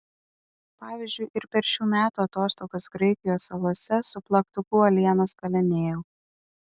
pavyzdžiui ir per šių metų atostogas graikijos salose su plaktuku uolienas kalinėjau